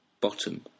Bottom